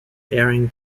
airing